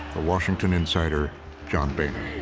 washington insider john boehner.